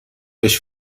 بهش